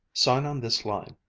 sign on this line,